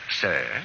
sir